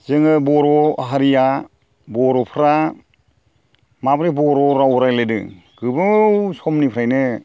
जोङो बर' हारिया बर'फोरा माब्रै बर' राव रायज्लायदों गोबाव समनिफ्रायनो